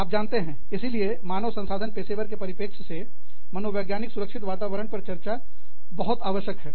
तो आप जानते हैं इसीलिए मानव संसाधन पेशेवर के परिप्रेक्ष्य से मनोवैज्ञानिक सुरक्षित वातावरण पर चर्चा क्यों बहुत आवश्यक है